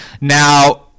Now